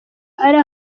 ari